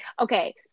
Okay